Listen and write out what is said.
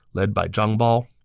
led by zhang bao.